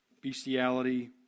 bestiality